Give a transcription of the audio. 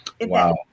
Wow